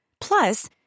Plus